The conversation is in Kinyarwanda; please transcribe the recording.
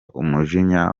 umujinya